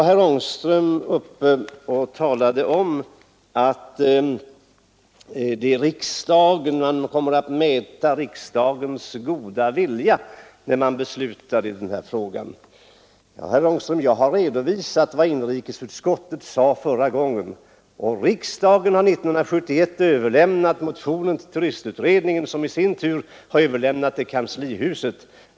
Herr Ångström var uppe och talade om att man kommer att mäta riksdagens goda vilja att främja sysselsättningen när beslutet fattas i denna fråga. Jag har, herr Ångström, redovisat vad inrikesutskottet sade förra gången. Riksdagen överlämnade 1971 motionen till turistutredningen, som i sin tur överlämnat den till kanslihuset.